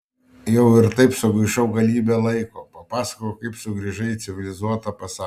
jau ir taip sugaišau galybę laiko papasakok kaip sugrįžai į civilizuotą pasaulį